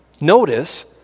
notice